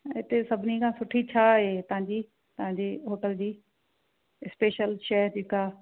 हिते सभिनी खां सुठी छा आहे तव्हांजी तव्हांजे होटल जी स्पेशल शइ जेका